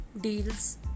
deals